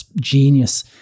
genius